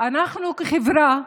אנחנו, כחברה,